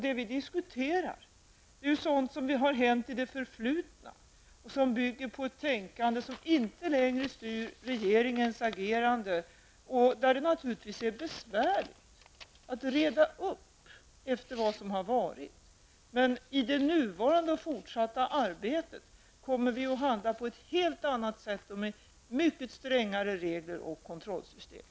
Det vi diskuterar är sådant som hänt i det förflutna som byggde på ett tänkande som inte längre styr regeringens agerande. Det är naturligtvis besvärligt att reda upp efter det som har varit. Men i det nuvarande och fortsatta arbetet kommer vi att handla på ett helt annat sätt med mycket strängare regler och kontrollsystem.